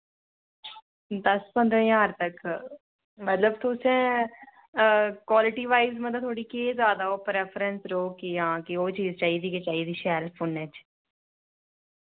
दस पंदरां ज्हार तक मतलब तुसें क्वालिटी वाइज मतलब थोआढ़ी केह् जैदा ओह् प्रैफरैंस रौह्ग की आं कि ओह् चीज चाहिदी गै चाहिदी शैल फोनै च